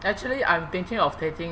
actually I'm thinking of taking